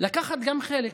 גם לקחת חלק.